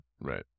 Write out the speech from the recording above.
Right